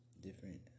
different